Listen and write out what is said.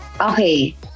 Okay